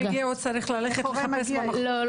מי שמגיע הוא צריך ללכת לחפש במחוז --- לא,